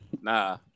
Nah